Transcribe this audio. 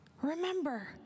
Remember